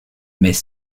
mais